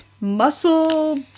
muscle